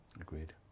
Agreed